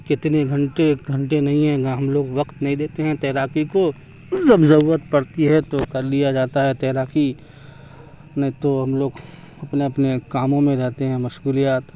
کتنے گھنٹے گھنٹے نہیں ہیں نہ ہم لوگ وقت نہیں دیتے ہیں تیراکی کو جب ضرورت پڑتی ہے تو کر لیا جاتا ہے تیراکی نہ تو ہم لوگ اپنے اپنے کاموں میں رہتے ہیں مشغولیات